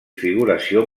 figuració